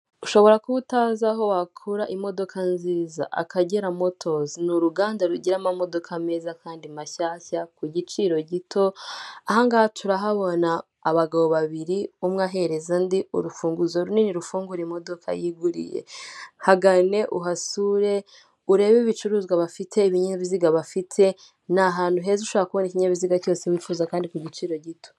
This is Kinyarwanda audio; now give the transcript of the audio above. Ushobora kuba utazi aho wakura imodoka nziza akagera motozi ni uruganda rugira amamodoka meza kandi mashyashya ku giciro gito, ahangaha turahabona abagabo babiri umwe ahereza undi urufunguzo runini rufungura imodoka yiguriye, hagane uhasure urebe ibicuruzwa bafite ibinyabiziga bafite ni ahantu heza ushobora kubona ikinkinyabiziga cyose wifuza kandi ku giciro gito.